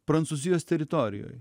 prancūzijos teritorijoj